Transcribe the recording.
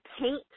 paint